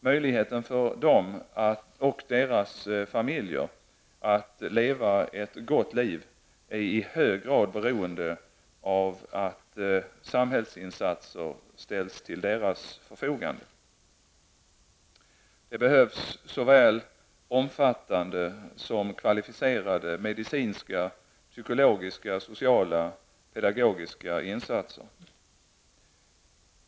Möjligheten för dem och deras familjer att leva ett gott liv är i hög grad beroende av att samhällsinsatser ställs till deras förfogande. Det behövs såväl omfattande som kvalificerade medicinska, psykologiska, sociala och pedagogiska insatser.